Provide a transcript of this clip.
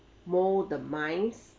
mold the minds